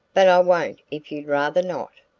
but i won't if you'd rather not.